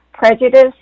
prejudice